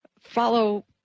follow